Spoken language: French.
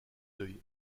d’œil